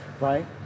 right